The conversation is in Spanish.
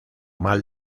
mal